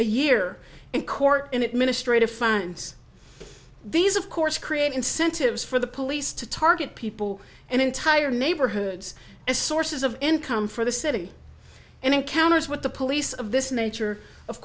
a year in court and it ministre to funds these of course create incentives for the police to target people and entire neighborhoods as sources of income for the city and encounters with the police of this nature of